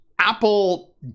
Apple